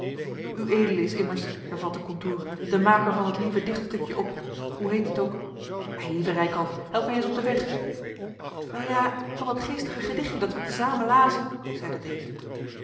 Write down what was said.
ued is immers hervatte contour de maker van dat lieve dichtstukje op hoe heet het ook eilieve reekalf help mij eens op den weg wel ja van dat geestige gedichtje dat wij te zamen lazen zeide deze